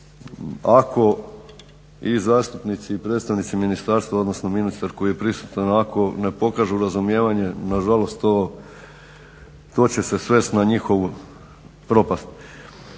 ako i zastupnici i predstavnici ministarstva odnosno ministar koji je prisutan, ako ne pokažu razumijevanje nažalost to će se svesti na njihovu propast.